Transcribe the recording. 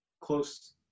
close